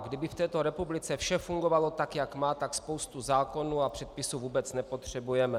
Kdyby v této republice vše fungovalo tak, jak má, tak spoustu zákonů a předpisů vůbec nepotřebujeme.